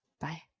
Bye